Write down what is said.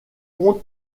onde